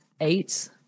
eight